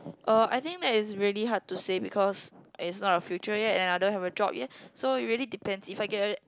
uh I think that it's really hard to say because it's not the future yet and I don't have a job yet so it really depends if I get a